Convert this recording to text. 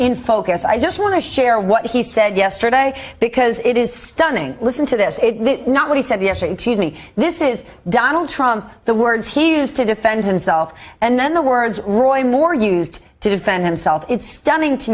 in focus i just want to share what he said yesterday because it is stunning listen to this is not what he said yesterday to me this is donald trump the words he used to defend himself and then the words roy moore used to defend himself it's stunning to